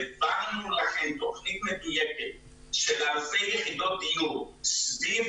העברנו לכם תוכנית מדויקת של אלפי יחידות דיור סביב